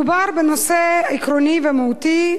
מדובר בנושא עקרוני ומהותי.